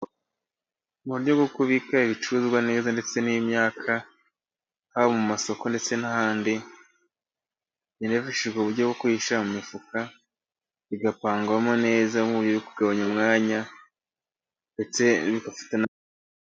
Mu buryo bwo kubika ibicuruzwa neza ndetse n'imyaka, haba mu masoko ndetse n'ahandi, hanifashishwa uburyo bwo kubishyira mu mifuka, bigapangwamo neza mu buryo bwo kugabanya umwanya ndetse...